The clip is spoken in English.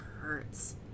hurts